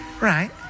Right